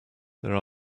there